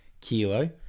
kilo